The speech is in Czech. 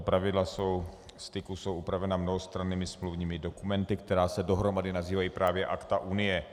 Pravidla styku jsou upravena mnohostrannými smluvními dokumenty, které se dohromady nazývají právě Akta unie.